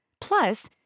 Plus